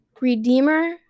redeemer